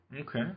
Okay